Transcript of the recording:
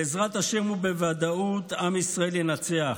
בעזרת השם ובוודאות עם ישראל ינצח,